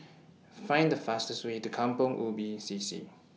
Find The fastest Way to Kampong Ubi C C